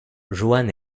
joan